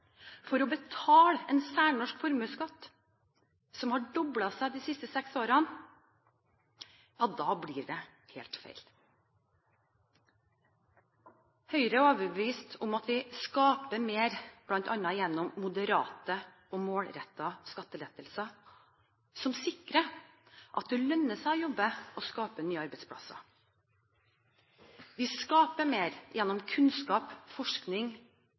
for å betale en særnorsk formuesskatt som har doblet seg de siste seks årene, blir det helt feil. Høyre er overbevist om at vi skaper mer bl.a. gjennom moderate og målrettede skattelettelser som sikrer at det lønner seg å jobbe og skape nye arbeidsplasser. Vi skaper mer gjennom kunnskap, forskning,